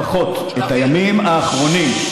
לפחות את הימים האחרונים,